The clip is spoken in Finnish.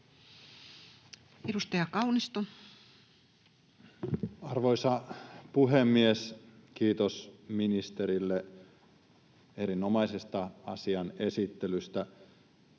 Content: Arvoisa puhemies! Kiitos ministerille erinomaisesta asian esittelystä.